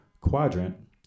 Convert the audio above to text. quadrant